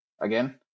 Again